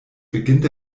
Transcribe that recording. beginnt